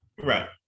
Right